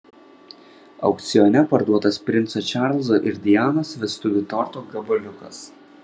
aukcione parduotas princo čarlzo ir dianos vestuvių torto gabaliukas